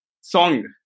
song